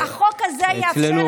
החוק הזה יאפשר להם לחזור לכנסת.